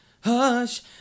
Hush